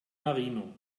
marino